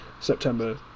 September